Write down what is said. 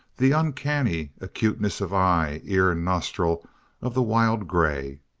the uncanny acuteness of eye, ear, and nostril of the wild grey.